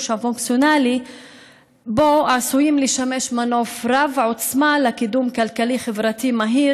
הפונקציונלי בו עשויים לשמש מנוף רב-עוצמה לקידום כלכלי-חברתי מהיר